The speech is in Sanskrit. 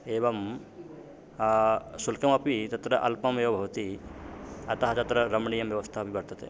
एवं शुल्कमपि तत्र अल्पमेव भवति अतः तत्र रमणीयं व्यवस्थापि वर्तते